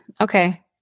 okay